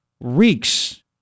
reeks